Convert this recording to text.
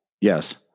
Yes